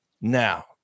Now